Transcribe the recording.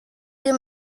you